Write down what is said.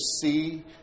see